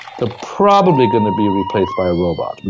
they're probably gonna be replaced by a robot.